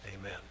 amen